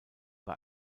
bei